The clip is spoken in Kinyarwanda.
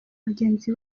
bagenzi